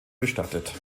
bestattet